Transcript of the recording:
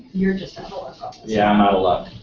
you're just yeah i'm not allowed.